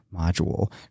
module